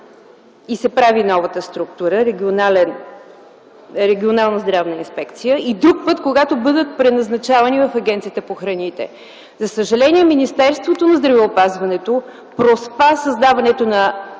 и се прави новата структура Регионална здравна инспекция, и друг път, когато бъдат преназначавани в Агенцията по храните. За съжаление, Министерството на здравеопазването проспа създаването на